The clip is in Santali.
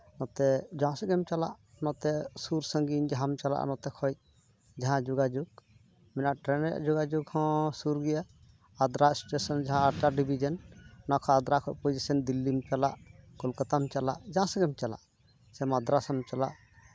ᱱᱚᱛᱮ ᱡᱟᱦᱟᱸ ᱥᱮᱡ ᱜᱮᱢ ᱪᱟᱞᱟᱜ ᱱᱚᱛᱮ ᱥᱩᱨ ᱥᱟᱺᱜᱤᱧ ᱡᱟᱦᱟᱸᱢ ᱪᱟᱞᱟᱜᱼᱟ ᱱᱚᱛᱮ ᱠᱷᱚᱡ ᱡᱟᱦᱟᱸ ᱡᱳᱜᱟᱡᱳᱜᱽ ᱢᱮᱱᱟᱜᱼᱟ ᱴᱨᱮᱱ ᱨᱮᱭᱟᱜ ᱡᱳᱜᱟᱡᱳᱜᱽ ᱦᱚᱸ ᱥᱩᱨ ᱜᱮᱭᱟ ᱟᱫᱨᱟ ᱮᱥᱴᱮᱥᱚᱱ ᱡᱟᱦᱟᱸ ᱟᱫᱨᱟ ᱰᱤᱵᱤᱡᱮᱱ ᱚᱱᱟ ᱠᱷᱚᱡ ᱟᱫᱨᱟ ᱠᱷᱚᱡ ᱯᱚᱡᱤᱥᱮᱱ ᱫᱤᱞᱞᱤᱢ ᱪᱟᱞᱟᱜ ᱠᱳᱞᱠᱟᱛᱟᱢ ᱪᱟᱞᱟᱜ ᱡᱟᱦᱟᱸᱥᱮᱡ ᱜᱮᱢ ᱪᱟᱞᱟᱜ ᱥᱮ ᱢᱟᱫᱽᱨᱟᱥᱮᱢ ᱪᱟᱞᱟᱜ